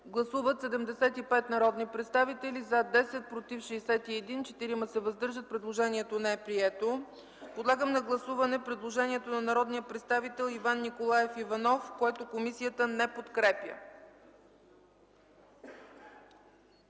Гласували 75 народни представители: за 10, против 61, въздържали се 4. Предложението не е прието. Подлагам на гласуване предложението на народния представител Иван Николаев Иванов, което комисията не подкрепя.